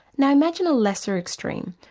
now imagine a lesser extreme,